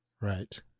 Right